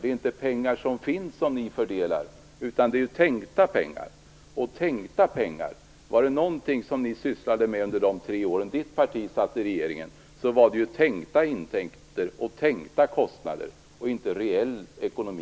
Det är inte pengar som finns som ni fördelar, utan det är tänkta pengar. Var det något som ni under de tre år som Chatrine Pålssons parti satt med i regeringen sysslande med, så var det tänkta intäkter och tänkta kostnader - inte reell ekonomi!